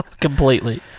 Completely